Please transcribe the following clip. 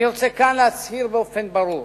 אני רוצה כאן להצהיר באופן ברור,